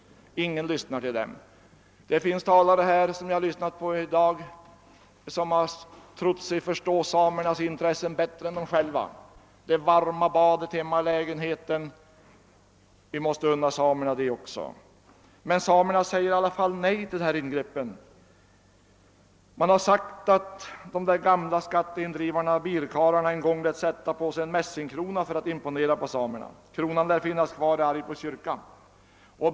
Ingen lyssnar till dem. Det finns talare som jag lyssnat till i dag som har trott sig förstå samernas intressen bättre än de själva — vi måste unna även samerna det varma badet hemma i lägenheten. Men samerna säger i alla fall nej till ingreppen. Det sägs att de gamla skatteindrivarna, birkarlarna, lät sätta på sig en mässingskrona för att imponera på samerna — kronan lär finnas kvar i Arjeplogs kyrka.